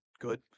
good